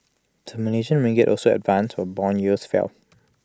the Malaysian ringgit also advanced while Bond yields fell